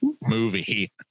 movie